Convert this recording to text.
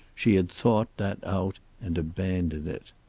she had thought that out and abandoned it.